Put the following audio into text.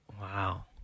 Wow